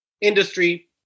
industry